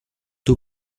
two